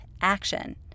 action